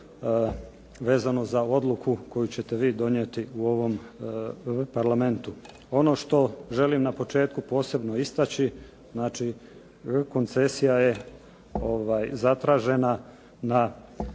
vezano za odluku koju ćete vi donijeti u ovom Parlamentu. Ono što želim na početku posebno istaći, znači koncesija je zatražena na